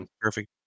Perfect